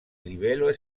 livello